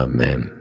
Amen